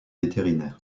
vétérinaire